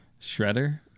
Shredder